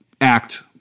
act